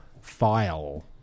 File